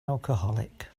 alcoholic